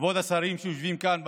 כבוד השרים שיושבים כאן במליאה,